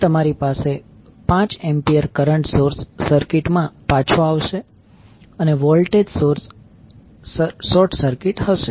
અહીં તમારી પાસે 5 એમ્પિયર કરંટ સોર્સ સર્કિટમાં પાછો આવશે અને વોલ્ટેજ સોર્સ શોર્ટ સર્કીટ હશે